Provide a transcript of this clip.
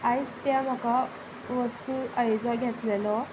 आयज ते म्हाका वस्तू हांवें जो घेतलेलो